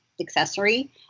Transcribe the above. accessory